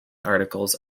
articles